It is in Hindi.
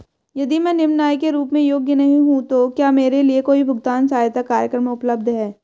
यदि मैं निम्न आय के रूप में योग्य नहीं हूँ तो क्या मेरे लिए कोई भुगतान सहायता कार्यक्रम उपलब्ध है?